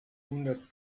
hundert